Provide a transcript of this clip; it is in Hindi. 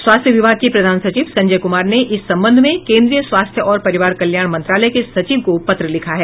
स्वास्थ्य विभाग के प्रधान सचिव संजय कुमार ने इस संबंध में केंद्रीय स्वास्थ्य और परिवार कल्याण मंत्रालय के सचिव को पत्र लिखा है